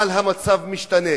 אבל המצב משתנה.